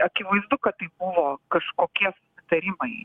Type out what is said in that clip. akivaizdu kad tai buvo kažkokie susitarimai